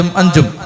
anjum